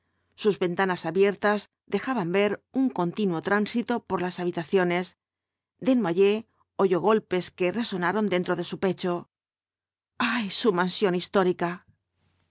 sus ventanas abiertas dejaban ver un continuo tránsito por las habitaciones desnoyers oyó golpes que resonaron dentro de su pecho ay su mansión histórica